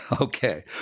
Okay